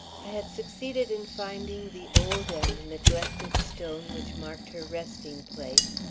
i had succeeded in finding the old and neglected stone which marked her resting-place,